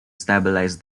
stabilize